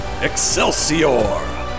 Excelsior